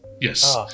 Yes